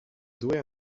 due